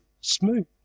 smooth